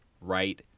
right